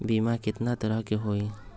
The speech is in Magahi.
बीमा केतना तरह के होइ?